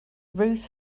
ruth